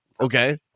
Okay